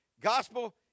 gospel